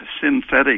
synthetic